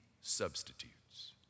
substitutes